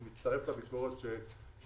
אני מצטרף לביקורת של החברים.